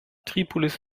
tripolis